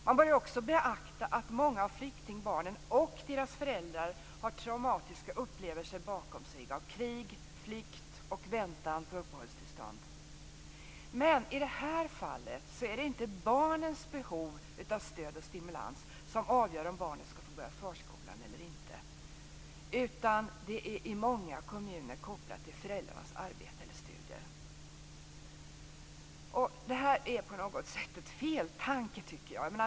Man bör också beakta att många av flyktingbarnen och deras föräldrar har traumatiska upplevelser bakom sig. Det kan vara krig, flykt och väntan på uppehållstillstånd. I det här fallet är det inte barnets behov av stöd och stimulans som avgör om barnet skall få börja förskolan eller inte, utan det är i många kommuner kopplat till föräldrarnas arbete eller studier. Det här är på något sätt en feltanke, tycker jag.